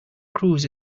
cruise